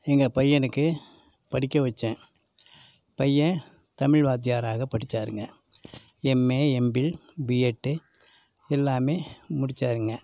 எங்கள் பையனுக்கு படிக்க வச்சேன் பையன் தமிழ் வாத்தியாராக படித்தாருங்க எம்ஏ எம்பில் பிஎட்டு எல்லாம் முடித்தாருங்க